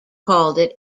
called